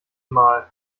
mal